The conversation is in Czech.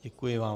Děkuji vám.